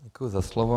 Děkuji za slovo.